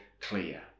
clear